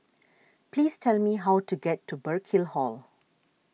please tell me how to get to Burkill Hall